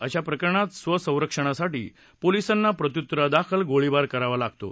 अशा प्रकरणात स्वसंरक्षणासाठी पोलिसांना प्रत्युत्तरादाखल गोळीबार करावा लागतो